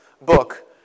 book